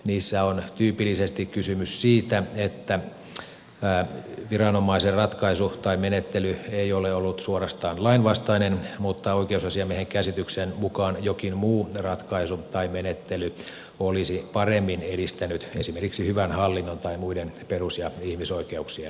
niissä on tyypillisesti kysymys siitä että viranomaisen ratkaisu tai menettely ei ole ollut suorastaan lainvastainen mutta oikeusasiamiehen käsityksen mukaan jokin muu ratkaisu tai menettely olisi paremmin edistänyt esimerkiksi hyvän hallinnon tai muiden perus ja ihmisoikeuksien toteutumista